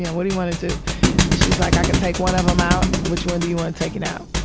yeah what do you wanna do? and she was like, i can take one of em out. which one do you want taken out?